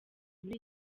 muri